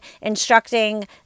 instructing